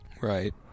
Right